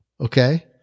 okay